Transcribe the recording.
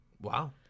wow